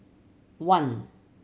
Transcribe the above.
one